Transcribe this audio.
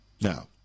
Now